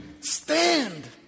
stand